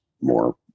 more